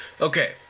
Okay